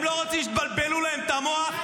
הם לא רוצים שתבלבלו להם את המוח.